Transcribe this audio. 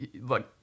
look